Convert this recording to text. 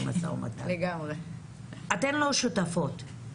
אתן לא שותפות.